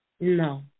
No